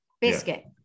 Biscuit